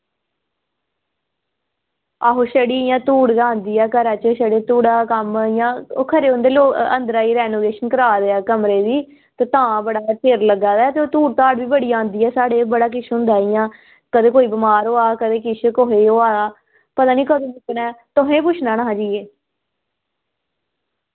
आहो छड़ी इयां धूड़ गै आंदी ऐ घरै च छड़ी धूड़ कम्म इयां ओह् खरे होंदे लोक अंदरा दी रैनोवेशन करा दे ऐ कमरे दी ते तां बड़ा गै चिर लग्गा दा ऐ ते ओह् धूड़ धाड़ बी बड़ी औंदी ऐ साढ़े बड़ा किश होंदा इयां कदे कोई बमार होआ दा कदे किश कुसे होआ दा पता नी कदूं मुक्कना ऐ तुसैं पुच्छी लैना हा जाइयै